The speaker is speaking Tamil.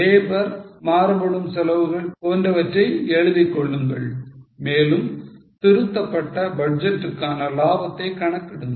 லேபர் மாறுபடும் செலவுகள் போன்றவற்றை எழுதிக்கொள்ளுங்கள் மேலும் திருத்தப்பட்ட பட்ஜெட்டுக்கான லாபத்தை கணக்கிடுங்கள்